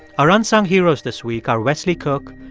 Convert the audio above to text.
our unsung heroes this week are wesley cooke,